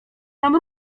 mam